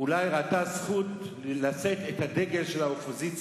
אולי היא ראתה זכות לשאת את הדגל של האופוזיציה.